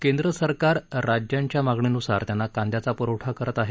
केंद्रसरकार राज्यांच्या मागणीनुसार त्यांना कांद्याचा पुरवठा करत आहे